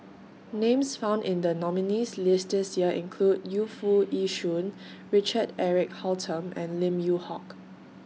Names found in The nominees' list This Year include Yu Foo Yee Shoon Richard Eric Holttum and Lim Yew Hock